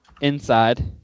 Inside